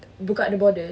buka the border